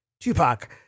tupac